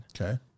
Okay